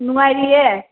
ꯅꯨꯡꯉꯥꯏꯔꯤꯌꯦ